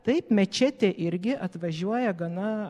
taip mečetė irgi atvažiuoja gana